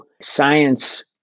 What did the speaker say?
science